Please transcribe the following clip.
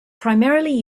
primarily